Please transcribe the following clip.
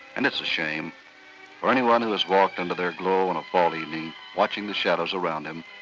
and it's a shame for anyone who has walked under their glow on a fall evening, watching the shadows around them,